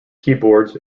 keyboards